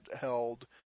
held